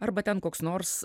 arba ten koks nors